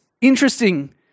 interesting